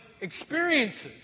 experiences